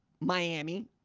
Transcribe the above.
Miami